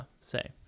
say